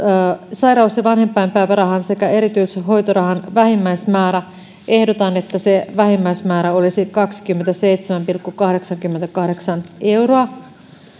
sairaus ja vanhempainpäivärahan sekä erityishoitorahan vähimmäismäärä ehdotan että se vähimmäismäärä olisi kaksikymmentäseitsemän pilkku kahdeksankymmentäkahdeksan euroa